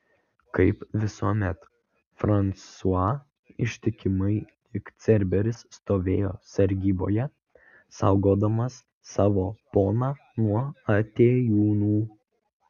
kaip visuomet fransua ištikimai lyg cerberis stovėjo sargyboje saugodamas savo poną nuo atėjūnų